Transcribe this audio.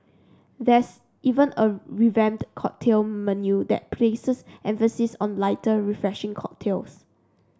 there's even a revamped cocktail menu that places emphasis on lighter refreshing cocktails